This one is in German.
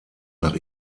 nach